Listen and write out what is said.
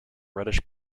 reddish